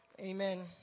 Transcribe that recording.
Amen